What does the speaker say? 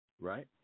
Right